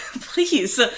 please